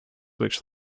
which